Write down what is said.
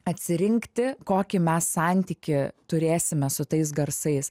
atsirinkti kokį mes santykį turėsime su tais garsais